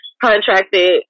contracted